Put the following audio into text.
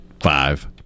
five